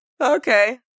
Okay